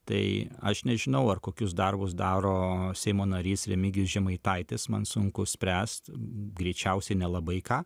tai aš nežinau ar kokius darbus daro seimo narys remigijus žemaitaitis man sunku spręst greičiausiai nelabai ką